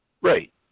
Right